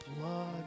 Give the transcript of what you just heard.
blood